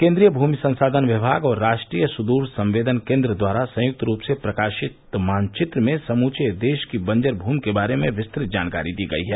केन्द्रीय भूमि संसाधन विभाग और राष्ट्रीय सुदूर संवेदन केन्द्र द्वारा संयुक्त रूप से प्रकाशित मानचित्र में समूचे देश की बंजर भूमि के बारे में विस्तृत जानकारी दी गई है